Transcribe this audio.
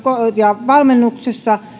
ja valmennuksessa